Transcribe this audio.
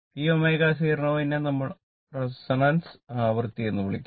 ഈ ω0 നെ നമ്മൾ റെസൊണൻസ് ആവൃത്തി എന്ന് വിളിക്കും